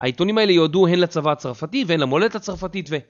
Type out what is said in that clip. העיתונים האלה יועדו הן לצבא הצרפתי והן למולדת הצרפתית ו...